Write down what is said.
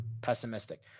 pessimistic